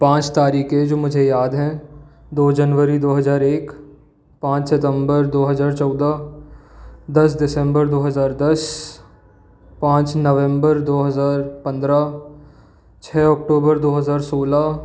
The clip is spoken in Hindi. पाँच तारिख़े जो मुझे याद हैं दो जनवरी दो हज़ार एक पाँच सितम्बर दो हज़ार चौदह दस दिसम्बर दो हज़ार दस पाँच नवम्बर दो हज़ार पंद्रह छः अक्टोबर दो हज़ार सोलह